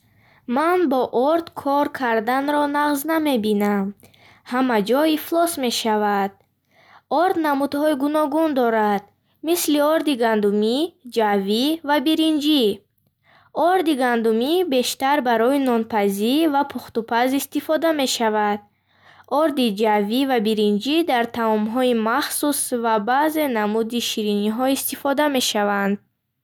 Ман бо орд кор карданро нағз намебинам. Ҳама ҷо ифлос мешавад. Орд намудҳои гуногун дорад, мисли орди гандумӣ, ҷавӣ ва биринҷӣ. Орди гандумӣ бештар барои нонпазӣ ва пухтупаз истифода мешавад. Орди ҷавӣ ва биринҷӣ дар таомҳои махсус ва баъзе намуди шириниҳо истифода мешаванд.